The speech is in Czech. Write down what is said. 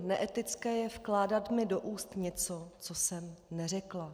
Neetické je vkládat mi do úst něco, co jsem neřekla.